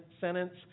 sentence